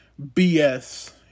BS